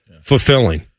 fulfilling